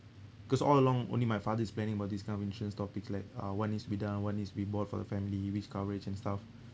cause all along only my father is planning about these kind of insurance topics like uh what needs to be done what needs to be bought for the family which coverage and stuff